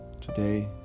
today